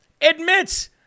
admits